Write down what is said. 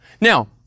Now